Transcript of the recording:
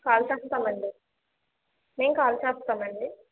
call చేస్తామండి మేం call చేస్తామండి